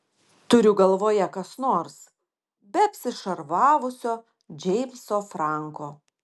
turiu galvoje kas nors be apsišarvavusio džeimso franko